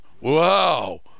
wow